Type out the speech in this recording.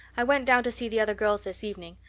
i went down to see the other girls this evening.